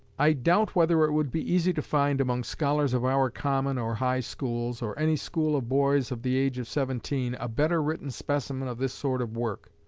i doubt whether it would be easy to find among scholars of our common or high schools, or any school of boys of the age of seventeen, a better written specimen of this sort of work,